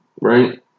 Right